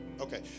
Okay